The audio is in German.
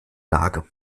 lage